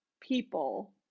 people